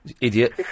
Idiot